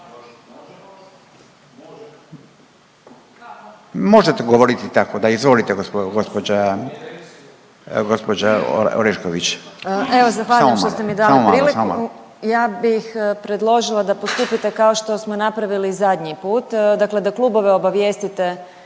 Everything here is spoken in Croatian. Dalija (Stranka s imenom i prezimenom)** Evo zahvaljujem što ste mi dali priliku. Ja bih predložila da postupite kao što smo napravili zadnji put, dakle da klubove obavijestite